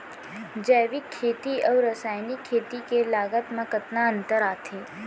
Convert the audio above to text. जैविक खेती अऊ रसायनिक खेती के लागत मा कतना अंतर आथे?